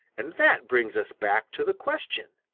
and that brings us back to the question,